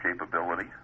capability